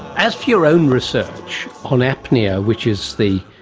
as for your own research on apnoea, which is the.